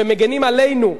ומגינים עלינו,